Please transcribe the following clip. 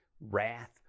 wrath